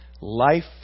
life